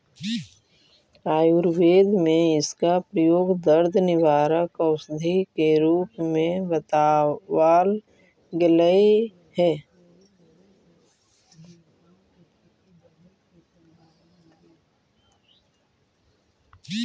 आयुर्वेद में इसका प्रयोग दर्द निवारक औषधि के रूप में बतावाल गेलई हे